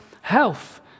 health